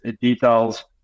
details